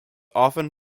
often